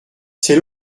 c’est